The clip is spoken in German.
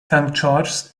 george’s